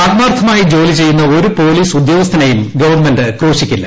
ആത്മാർത്ഥമായി ജോലി ചെയ്യുന്ന ഒരു പോലീസ് ഉദ്യോഗസ്ഥനെയും ഗവൺമെന്റ് ക്രൂശിക്കില്ല